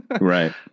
Right